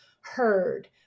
heard